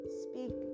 speak